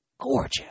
gorgeous